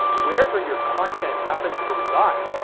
wherever your content happens to reside,